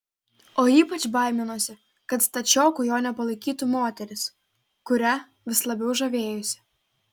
o ypač baiminosi kad stačioku jo nepalaikytų moteris kuria vis labiau žavėjosi